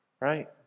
Right